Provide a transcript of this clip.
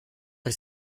ich